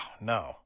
no